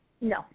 No